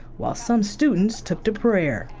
while some students took to prayer.